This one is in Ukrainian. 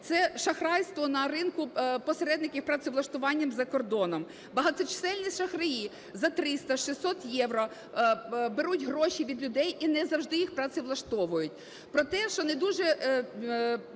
це шахрайство на ринку посередників з працевлаштування за кордоном. Багаточисленні шахраї за 300, 600 євро беруть гроші від людей і не завжди їх працевлаштовують.